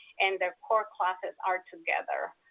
and their core classes are together,